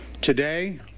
Today